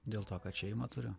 dėl to kad šeimą turiu